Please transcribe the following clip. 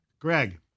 Greg